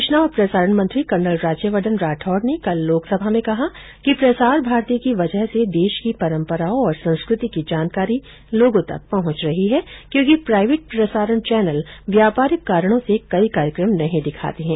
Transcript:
सूचना और प्रसारण मंत्री कर्नल राज्यवर्धन राठौड़ ने कल लोक सभा में कहा कि प्रसार भारती की वजह से देश की परंपराओं और संस्कृति की जानकारी लोगों तक पहुंच रही है क्योंकि प्राइवेट प्रसारण चैनल व्यापारिक कारणों से कई कार्यक्रम नहीं दिखाते है